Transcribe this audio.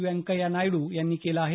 व्यंकय्या नायडू यांनी केलं आहे